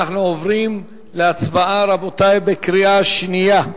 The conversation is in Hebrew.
ואנחנו עוברים, רבותי, להצבעה בקריאה שנייה.